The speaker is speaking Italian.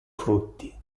frutti